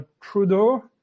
Trudeau